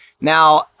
Now